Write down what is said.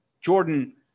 Jordan